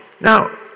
Now